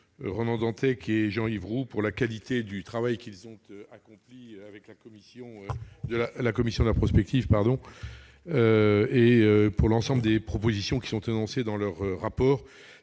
Ronan Dantec et Jean-Yves Roux pour la qualité du travail qu'ils ont accompli avec la délégation à la prospective et pour l'ensemble des propositions qui sont présentées dans leur rapport.